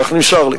כך נמסר לי.